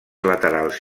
laterals